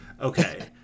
Okay